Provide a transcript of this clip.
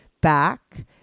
back